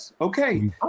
Okay